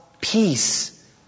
peace